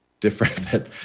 different